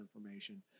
information